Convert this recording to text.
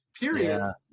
period